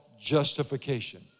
justification